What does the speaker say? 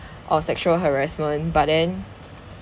or sexual harassment but then